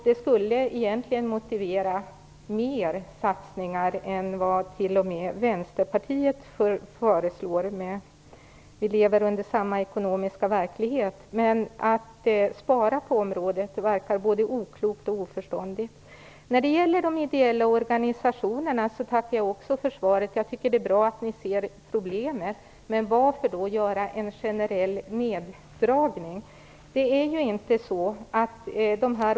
Det skulle egentligen motivera större satsningar än vad t.o.m. Vänsterpartiet föreslår, men vi lever ju med samma ekonomiska verklighet. Men att spara på området verkar både oklokt och oförståndigt. När det gäller de ideella organisationerna tackar jag också för svaret. Det är bra att ni ser problemet. Men varför då göra en generell neddragning?